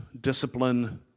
discipline